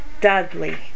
Dudley